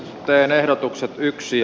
teen ehdotuksen yksi